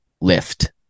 lift